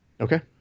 Okay